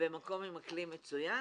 במקום עם אקלים מצוין,